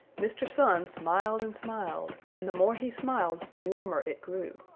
mr. sun smiled and smiled, and the more he smiled the warmer it grew.